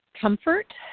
comfort